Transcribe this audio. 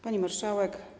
Pani Marszałek!